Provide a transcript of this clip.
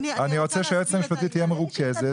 אני רוצה שהיועצת המשפטית תהיה מרוכזת